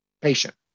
patient